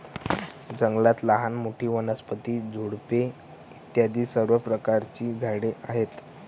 जंगलात लहान मोठी, वनस्पती, झुडपे इत्यादी सर्व प्रकारची झाडे आहेत